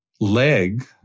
Leg